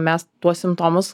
mes tuos simptomus